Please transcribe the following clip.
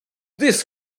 this